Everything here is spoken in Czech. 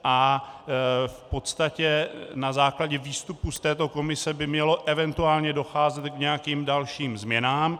V podstatě na základě výstupů z této komise by mělo eventuálně docházet k nějakým dalším změnám.